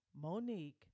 Monique